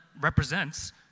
represents